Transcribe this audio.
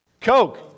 Coke